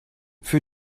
für